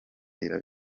ireba